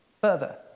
Further